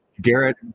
Garrett